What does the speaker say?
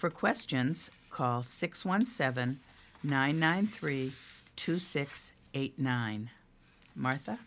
for questions call six one seven nine nine three two six eight nine martha